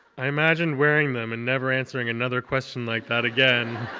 i imagined wearing them and never answering another question like that again.